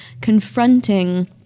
confronting